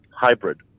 hybrid